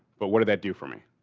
but what did that do for me?